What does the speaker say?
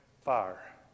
Fire